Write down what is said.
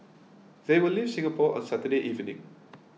they will leave Singapore on Saturday evening